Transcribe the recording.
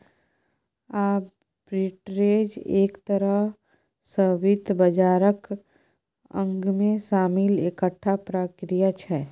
arbitrage एक तरह सँ वित्त बाजारक अंगमे शामिल एकटा प्रक्रिया छै